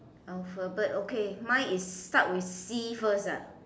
alphabet okay mine is start with C first ah